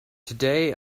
today